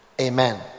Amen